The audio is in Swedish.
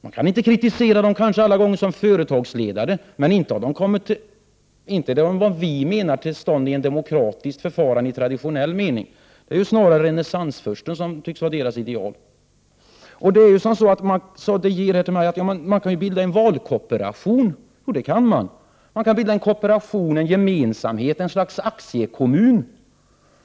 Man kanske inte alla gånger kan kritisera företagsledarna, men inte har de kommit till makten enligt vad vi menar med demokratiskt förfarande i traditionell mening! Snarare tycks renässansfursten vara deras ideal. Lars De Geer sade till mig: Man kan ju bilda en valkooperation. Ja, det kan man. Man kan bilda en kooperation eller en gemensamhet, ett slags aktiekommun.